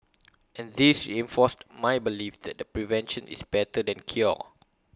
and this reinforced my belief that prevention is better than cure